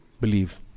believe